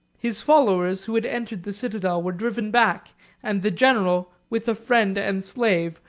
his followers who had entered the citadel were driven back and the general, with a friend and slave,